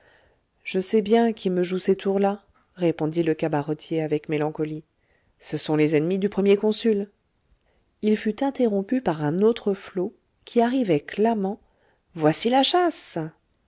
je sais bien qui me joue ces tours-là répondit le cabaretier avec mélancolie ce sont les ennemis du premier consul il fut interrompu par un autre flot qui arrivait clamant voici la chasse